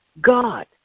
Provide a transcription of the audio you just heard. God